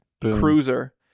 cruiser